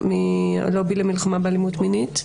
פוגץ', מהלובי למלחמה באלימות מינית.